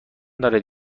دارد